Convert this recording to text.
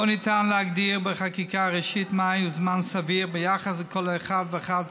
לא ניתן להגדיר בחקיקה ראשית מהו זמן סביר ביחס לכל אחד ואחד